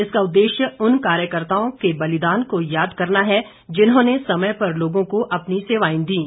इसका उद्देश्य उन कार्यकर्ताओं के बलिदान को याद करना है जिन्होंने समय पर लोगों को अपनी सेवायें दीं